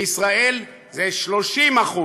בישראל זה 30%,